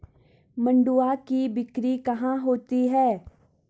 मंडुआ की बिक्री कहाँ होती है?